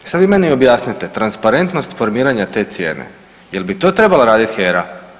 I sad mi meni objasnite transparentnost formiranja te cijene, jel bi to trebala raditi HER-a?